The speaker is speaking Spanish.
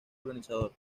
organizador